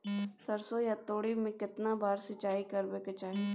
सरसो या तोरी में केतना बार सिंचाई करबा के चाही?